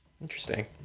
Interesting